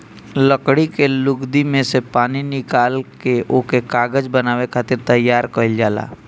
लकड़ी के लुगदी में से पानी निकाल के ओके कागज बनावे खातिर तैयार कइल जाला